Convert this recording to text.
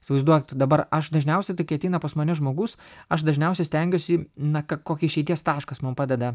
įsivaizduok tu dabar aš dažniausia tai kai ateina pas mane žmogus aš dažniausiai stengiuosi na ka kokį išeities taškas man padeda